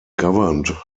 governed